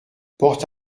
porte